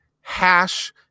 hash